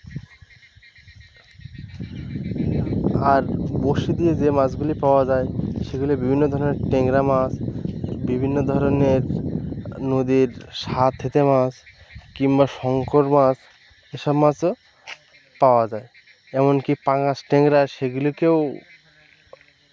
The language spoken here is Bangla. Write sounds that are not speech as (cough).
আর বঁড়শি দিয়ে যে মাছগুলি পাওয়া যায় সেগুলি বিভিন্ন ধরনের ট্যাংরা মাছ বিভিন্ন ধরনের নদীর (unintelligible) মাছ কিম্বা শঙ্কর মাছ এসব মাছও পাওয়া যায় এমন কি পাঙ্গাস ট্যাংরা সেগুলিকেও